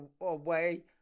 away